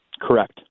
Correct